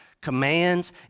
commands